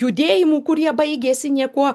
judėjimų kurie baigiasi niekuo